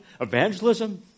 evangelism